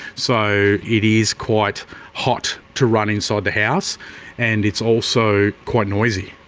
so it is quite hot to run inside the house and it's also quite noisy.